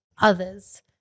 others